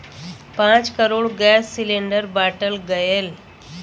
पाँच crore gas cylinder बाँटल गएल